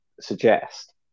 suggest